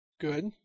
Good